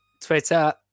Twitter